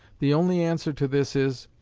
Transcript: the only answer to this is,